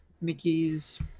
Mickey's